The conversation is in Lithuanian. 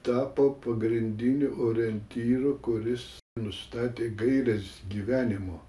tapo pagrindiniu orientyru kuris nustatė gaires gyvenimo